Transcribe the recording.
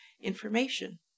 information